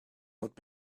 would